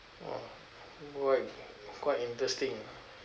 oh boy quite interesting ah